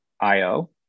io